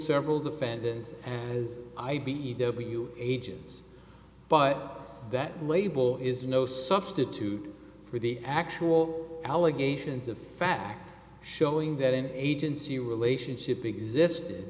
several defendants as i b e w agents but that label is no substitute for the actual allegations of fact showing that an agency relationship existed